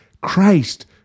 Christ